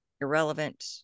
irrelevant